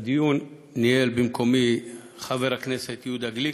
את הדיון ניהל במקומי חבר הכנסת יהודה גליק,